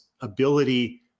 ability